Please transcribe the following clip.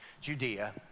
Judea